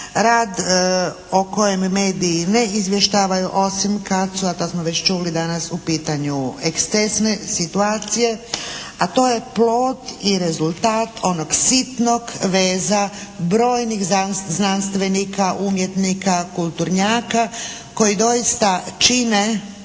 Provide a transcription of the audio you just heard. rad o kojem mediji ne izvještavaju osim kad su a to smo već čuli danas u pitanju ekscesne situacije a to je plod i rezultat onog sitnog veza brojnih znanstvenika, umjetnika, kulturnjaka koji doista čine